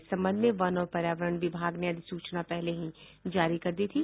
इस संबंध में वन और पर्यावरण विभाग ने अधिसूचना पहले ही जारी कर दी थी